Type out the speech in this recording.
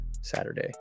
Saturday